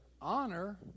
honor